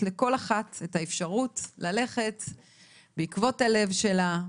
לכל אחת את האפשרות ללכת בעקבות הלב שלה,